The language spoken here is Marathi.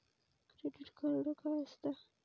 क्रेडिट कार्ड काय असता?